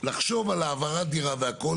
לחשוב על העברת דירה והכל,